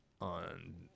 On